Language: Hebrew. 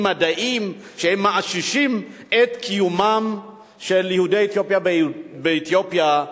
מדעיים שמאששים את קיומם של יהודי אתיופיה באתיופיה,